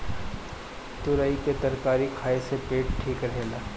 तुरई के तरकारी खाए से पेट ठीक रहेला